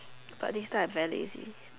but this time I'm very lazy